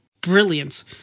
brilliant